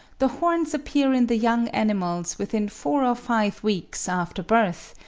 the horns appear in the young animals within four or five weeks after birth,